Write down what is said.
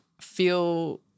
feel